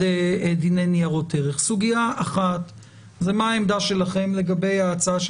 דיני ניירות ערך: סוגיה אחת היא מה העמדה שלכם לגבי ההצעה של